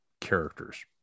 characters